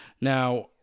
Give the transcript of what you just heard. Now